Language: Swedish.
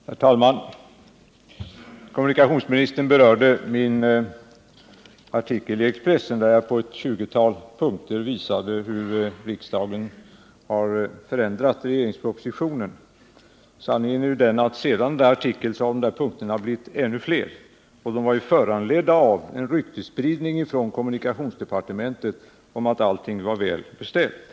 Herr talman! Kommunikationsministern berörde min artikel i Expressen, där jag i ett 20-tal punkter framhöll hur riksdagen har förändrat regeringspropositionen. Sanningen är den, att sedan den här artikeln publicerades har punkterna blivit ännu fler. Artikeln var föranledd av en ryktesspridning från kommunikationsdepartementet om att allting var väl beställt.